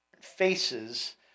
faces